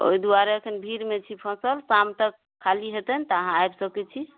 ओइ दुआरे एखन भीड़मे छी फसल शाम तक खाली हेतनि तऽ अहाँ आबि सकय छी